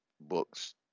book's